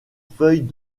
feuilles